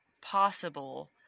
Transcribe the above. possible